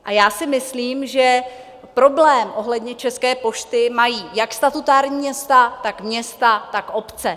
A já si myslím, že problém ohledně České pošty mají jak statutární města, tak města, tak obce.